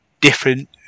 different